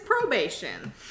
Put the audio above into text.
probation